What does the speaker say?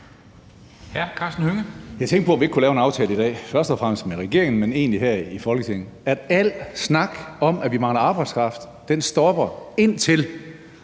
Jeg tænkte på, om vi ikke kunne lave en aftale i dag, først og fremmest med regeringen, men egentlig her i Folketinget om, at al snak om, at vi mangler arbejdskraft, stopper, indtil